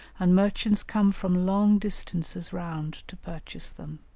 and merchants come from long distances round to purchase them.